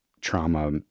trauma